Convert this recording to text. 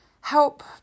help